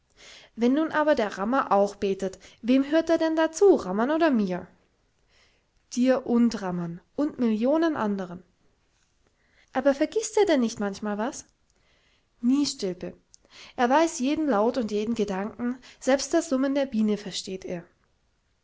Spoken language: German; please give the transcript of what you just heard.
wenn nun aber rammer auch betet wem hört er denn da zu rammern oder mir dir und rammern und millionen anderen aber vergißt er denn nicht manchmal was nie stilpe er weiß jeden laut und jeden gedanken selbst das summen der biene versteht er